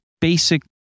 basic